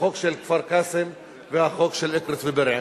החוק של כפר-קאסם והחוק של אקרית ובירעם.